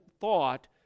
thought